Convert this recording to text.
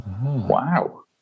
Wow